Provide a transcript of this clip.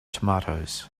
tomatoes